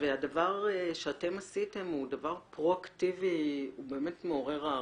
הדבר שאתם בלובי 99 עשיתם הוא מעשה פרו-אקטיבי מעורר הערצה.